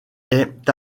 est